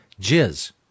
jizz